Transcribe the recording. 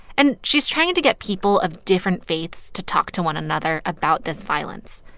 and she's trying to get people of different faiths to talk to one another about this violence.